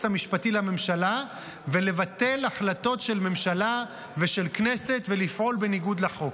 המשפטי לממשלה ולבטל החלטות של ממשלה ושל כנסת ולפעול בניגוד לחוק.